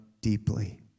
deeply